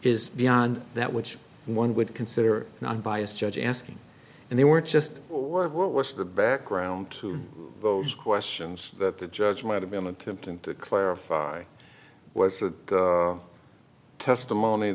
is beyond that which one would consider an unbiased judge asking and they were just what was the background to those questions that the judge might have been attempting to clarify was the testimony